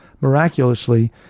miraculously